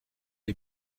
est